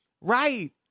Right